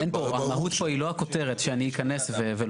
אין פה, המהות פה היא לא הכותרת, שאני אכנס ולא.